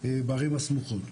בערים הסמוכות.